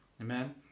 amen